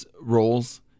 roles